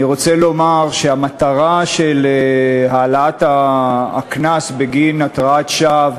אני רוצה לומר שהמטרה של העלאת הקנס בגין התרעת שווא,